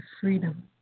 freedom